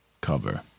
cover